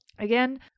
again